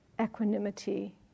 equanimity